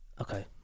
Okay